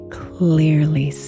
clearly